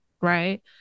right